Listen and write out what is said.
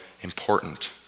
important